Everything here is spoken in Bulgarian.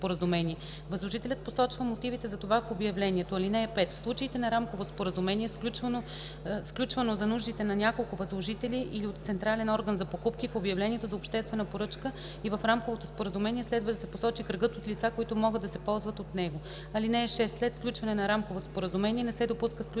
Възложителят посочва мотивите за това в обявлението. (5) В случаите на рамково споразумение, сключвано за нуждите на няколко възложители или от централен орган за покупки, в обявлението за обществена поръчка и в рамковото споразумение следва да се посочи кръгът от лица, които могат да се ползват от него. (6) След сключване на рамково споразумение не се допуска включването